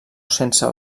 sense